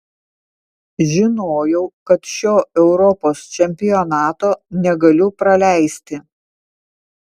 žinojau kad šio europos čempionato negaliu praleisti